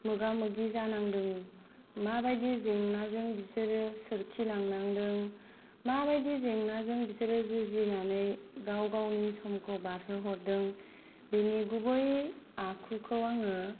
मोगा मोगि जानांदों माबादि जेंनाजों बिसोरो सोरखिलांनांदों माबादि जेंनाजों बिसोरो जुजिनानै गाव गावनि समखौ बारहो हरदों बेनि गुबै आखुखौ आङो